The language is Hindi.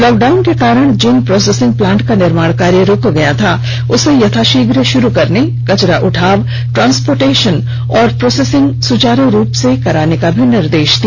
लॉकडाउन के कारण जिन प्रोसेसिंग प्लांट का निर्माण कार्य रूक गया था उसे यथाशीघ्र शुरू करने कचरा उठाव ट्रांसपोर्टेशन और प्रोसेसिंग सुचारू रूप से कराने का भी निर्देश दिया